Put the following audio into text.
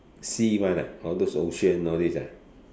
sea one ah all those ocean all these ah